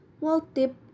multiple